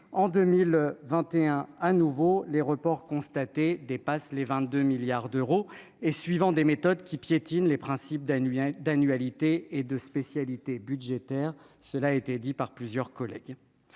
en 2021 à nouveau les reports dépasse les 22 milliards d'euros et suivant des méthodes qui piétine les principes d'Amiens d'annualité et de spécialités budgétaire, cela a été dit par plusieurs collègues